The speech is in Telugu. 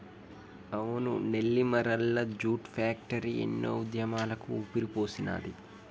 అవును నెల్లిమరల్ల జూట్ ఫ్యాక్టరీ ఎన్నో ఉద్యమాలకు ఊపిరిపోసినాది